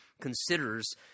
considers